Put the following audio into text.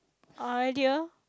idea